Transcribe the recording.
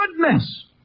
goodness